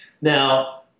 Now